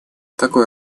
такой